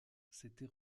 s’était